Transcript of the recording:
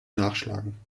nachschlagen